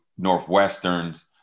Northwesterns